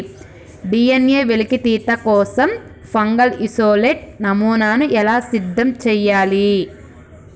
DNA వెలికితీత కోసం fungal isolate నమూనాను ఎలా సిద్ధం చెయ్యాలి?